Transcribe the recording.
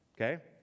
okay